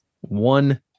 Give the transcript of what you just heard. one